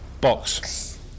Box